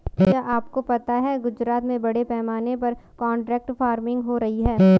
क्या आपको पता है गुजरात में बड़े पैमाने पर कॉन्ट्रैक्ट फार्मिंग हो रही है?